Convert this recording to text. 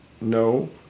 no